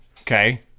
okay